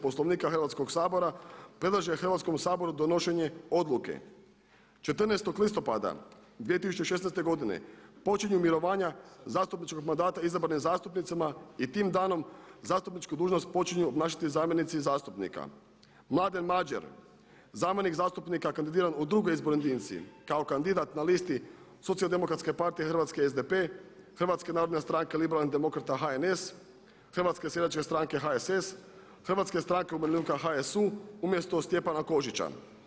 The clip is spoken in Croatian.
Poslovnika Hrvatskog sabora predlaže Hrvatskom saboru donošenje odluke: 14. listopada 2016. godine počinju mirovanja zastupničkog mandata izabranim zastupnicima i tim danom zastupničku dužnost počinju obnašati zamjenici zastupnika Mladen Mađer, zamjenik zastupnika kandidiran u drugoj izbornoj jedinici kao kandidat na listi Socijaldemokratske partije Hrvatske SDP, Hrvatske narodne stranke liberalnih demokrata HNS, Hrvatske seljačke stranke HSS, Hrvatske stranke umirovljenika HSU umjesto Stjepana Kožića.